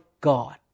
God